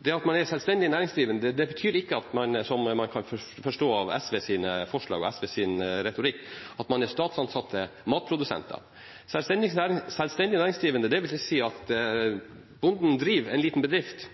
Det at man er selvstendig næringsdrivende betyr ikke, som man kan forstå ut fra SV sine forslag og SV sin retorikk, at man er statsansatte matprodusenter. Selvstendig næringsdrivende vil si at bonden driver en liten bedrift